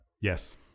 Yes